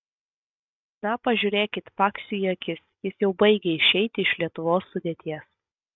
na pažiūrėkit paksiui į akis jis jau baigia išeiti iš lietuvos sudėties